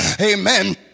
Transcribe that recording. amen